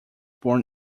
born